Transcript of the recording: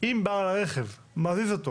אם בעל הרכב מזיז אותו